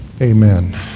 Amen